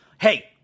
Hey